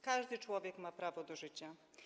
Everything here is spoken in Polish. Każdy człowiek ma prawo do życia.